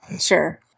Sure